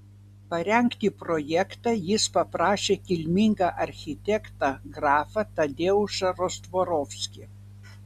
parengti projektą jis paprašė kilmingą architektą grafą tadeušą rostvorovskį